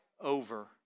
over